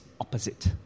opposite